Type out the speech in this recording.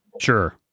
Sure